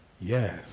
Yes